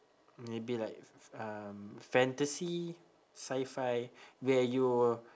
maybe like f~ f~ um fantasy sci-fi where you'll